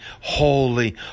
Holy